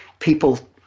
people